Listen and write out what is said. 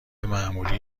معمولی